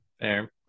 fair